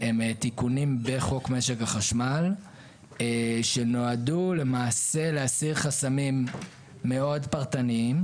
הם תיקונים בחוק משק החשמל שנועדו למעשה להסיר חסמים מאוד פרטניים.